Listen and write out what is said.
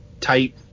type